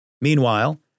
Meanwhile